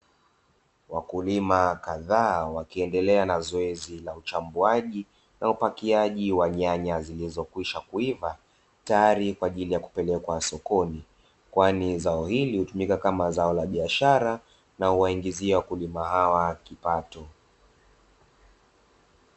Wakulima kadhaa wakiendelea na zoezi la uchambuaji na upakiaji wa nyanya zilizokwisha kuiva, tayari kwa ajili ya kupelekwa sokoni, kwani zao hili hutumika kama zao la biashara na huwaingizia wakulima hawa kipato.